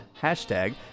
hashtag